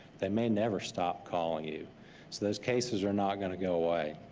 they may never stop calling you. so those cases are not gonna go away.